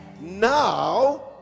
Now